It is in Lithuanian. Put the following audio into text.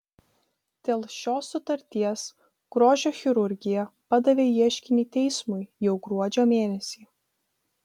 dėl šios sutarties grožio chirurgija padavė ieškinį teismui jau gruodžio mėnesį